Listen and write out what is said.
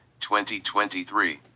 2023